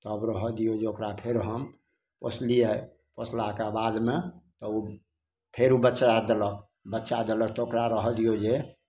तब रहऽ दियौ जे ओकरा फेर हम पोसलियै पोसलाके बादमे तऽ फेर उ बच्चा देलक बच्चा देलक तऽ ओकरा रहऽ दियौ जे